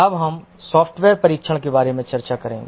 अब हम सॉफ्टवेयर परीक्षण के बारे में चर्चा करेंगे